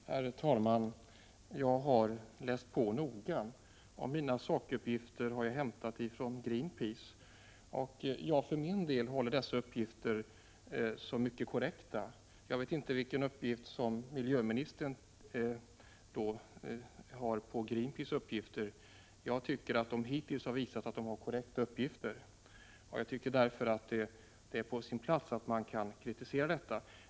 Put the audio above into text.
Herr talman! Jag har läst på noga, och mina sakuppgifter har jag hämtat från Greenpeace. Jag för min del betraktar dessa uppgifter som mycket korrekta. Vilken uppfattning miljöministern har om Greenpeaces uppgifter vet jag inte. Jag tycker alltså att företrädarna för Greenpeace hittills har visat att de har korrekta uppgifter. Därför anser jag att det är på sin plats att här framföra kritik.